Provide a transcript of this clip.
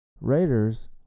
Raiders